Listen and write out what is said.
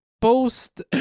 post